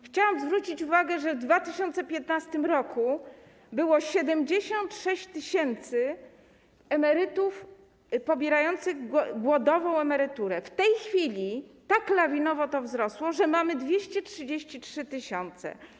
Chciałam zwrócić uwagę, że w 2015 r. było 76 tys. emerytów pobierających głodową emeryturę, w tej chwili tak lawinowo to wzrosło, że mamy ich 233 tys.